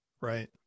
right